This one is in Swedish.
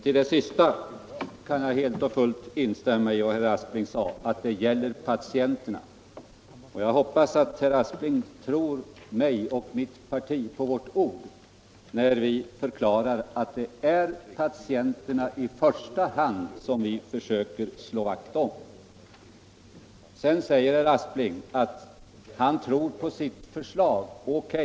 Herr talman! Jag kan helt och fullt instämma i vad herr Aspling sade till sist, att det gäller patienterna. Jag hoppas att herr Aspling tror mig och mitt parti på vårt ord när vi förklarar att det är patienterna i första hand som vi försöker slå vakt om. Sedan säger herr Aspling att han tror på sitt förslag.